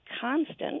constant